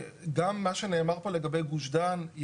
גם מה שנאמר פה לגבי גוש דן.